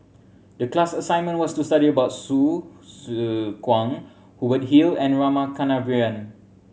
the class assignment was to study about Hsu Tse Kwang Hubert Hill and Rama Kannabiran